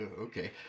okay